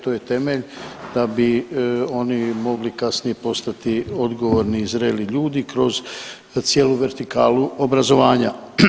To je temelj da bi oni mogli kasnije postati odgovorni i zreli ljudi kroz cijelu vertikalu obrazovanja.